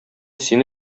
сине